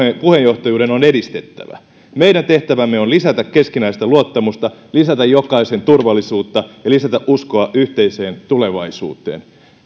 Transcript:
puheenjohtajuuden on edistettävä meidän tehtävämme on lisätä keskinäistä luottamusta lisätä jokaisen turvallisuutta ja lisätä uskoa yhteiseen tulevaisuuteen